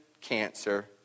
cancer